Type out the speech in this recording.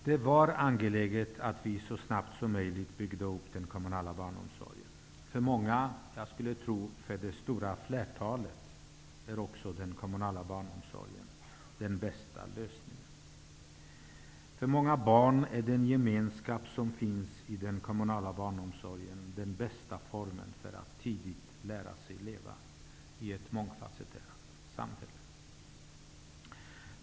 Det var angeläget att vi så snabbt som möjligt byggde upp den kommunala barnomsorgen. För många, jag skulle tro för det stora flertalet, är också den kommunala barnomsorgen den bästa lösningen. För många barn är den gemenskap som finns i den kommunala barnomsorgen den bästa formen att tidigt att lära sig leva i ett mångfasetterat samhälle.